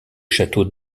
château